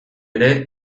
ere